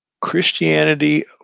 Christianity